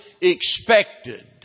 expected